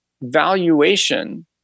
valuation